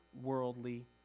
worldly